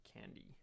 candy